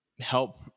help